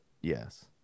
yes